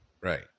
Right